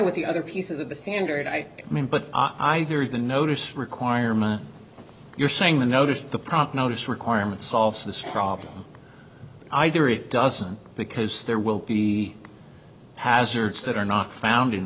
with the other pieces of the standard i mean but i either the notice requirement you're saying the notice of the proper notice requirement solves this problem either it doesn't because there will be hazards that are not found in